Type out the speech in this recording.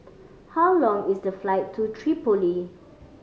how long is the flight to Tripoli